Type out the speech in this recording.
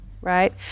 Right